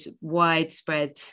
widespread